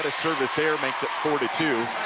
ah service error makes it four two.